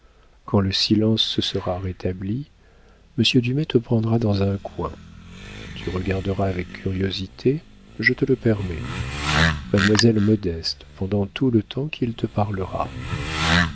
quand le silence se sera rétabli monsieur dumay te prendra dans un coin tu regarderas avec curiosité je te le permets mademoiselle modeste pendant tout le temps qu'il te parlera